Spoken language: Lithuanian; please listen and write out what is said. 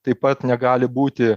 taip pat negali būti